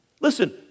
Listen